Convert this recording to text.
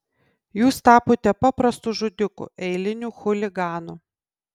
jūs tapote paprastu žudiku eiliniu chuliganu